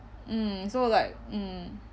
mm so like mm